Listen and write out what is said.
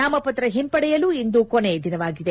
ನಾಮಪತ್ರ ಹಿಂಪಡೆಯಲು ಇಂದು ಕೊನೆಯ ದಿನವಾಗಿದೆ